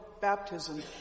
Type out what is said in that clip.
baptism